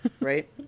Right